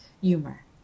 humor